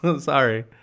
Sorry